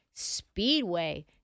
Speedway